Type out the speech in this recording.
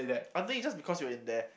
I think it's just because you were in there